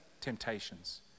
temptations